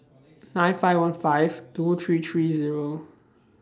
nine five one five two three three Zero